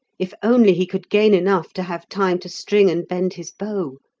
if only he could gain enough to have time to string and bend his bow!